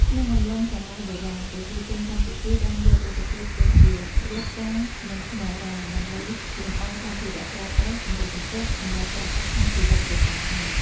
ក្នុងអំឡុងសម័យបុរាណ ប្រជាជនកម្ពុជាបានយករុក្ខជាតិដូចជាស្លឹក ផ្កា និងថ្មរ៉ែ ដើម្បីលម្អសម្ភារៈប្រើប្រាស់ សម្លៀកបំពាក់ សម្រាប់ប្រើប្រាស់ក្នុងជីវិតប្រចាំថ្ងៃ។។